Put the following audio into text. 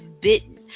bitten